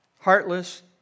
heartless